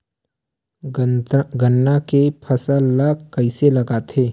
गन्ना के फसल ल कइसे लगाथे?